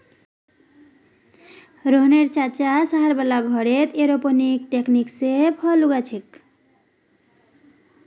रोहनेर चाचा शहर वाला घरत एयरोपोनिक्स तकनीक स फल उगा छेक